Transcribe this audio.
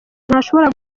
ntashobora